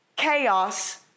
chaos